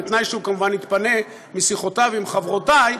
בתנאי שהוא כמובן יתפנה משיחותיו עם חברותי,